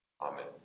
Amen